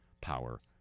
power